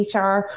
HR